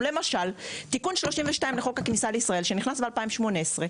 למשל: תיקון 32 לחוק הכניסה לישראל, שנכנס ב-2018.